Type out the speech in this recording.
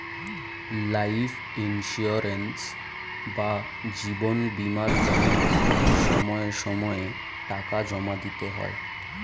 life insurance বা জীবন বীমার জন্য সময় সময়ে টাকা জমা দিতে হয়